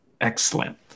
excellent